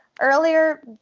Earlier